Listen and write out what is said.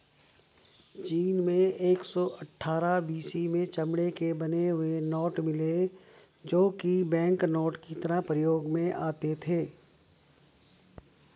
चीन में एक सौ अठ्ठारह बी.सी में चमड़े के बने हुए नोट मिले है जो की बैंकनोट की तरह प्रयोग में आते थे